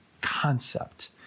concept